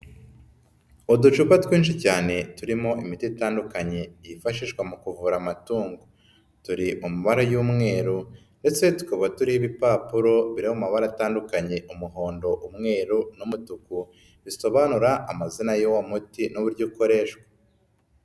Uducupa twinshi cyane turimo imiti itandukanye yifashishwa mu kuvura amatungo, turi mu mabara y'umweru ndetse tukaba turiho ibipapuro biri mu mabara atandukanye umuhondo, umweru n'umutuku, bisobanura amazina y'uwo muti n'uburyo ukoreshwa.